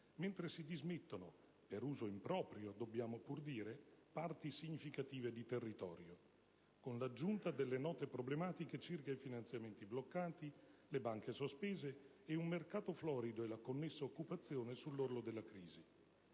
mentre si dismettono - per uso improprio dobbiamo pur dire - parti significative di territorio, con l'aggiunta delle note problematiche circa i finanziamenti bloccati, le banche sospese e un mercato florido (e la connessa occupazione) sull'orlo della crisi.